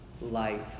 life